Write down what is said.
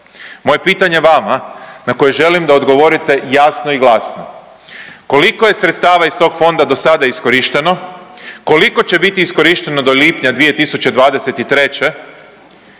Moje pitanje vama na koje želim da odgovorite jasno i glasno, koliko je sredstava iz tog fonda do sada iskorišteno, koliko će biti iskorišteno do lipnja 2023.